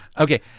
Okay